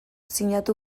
sinatu